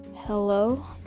Hello